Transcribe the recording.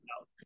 out